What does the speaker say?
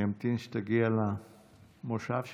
אמתין שתגיע למושב שלך.